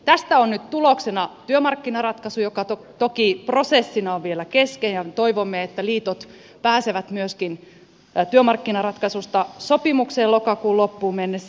tästä on nyt tuloksena työmarkkinaratkaisu joka toki prosessina on vielä kesken ja me toivomme että liitot pääsevät myöskin työmarkkinaratkaisusta sopimukseen lokakuun loppuun mennessä